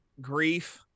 Grief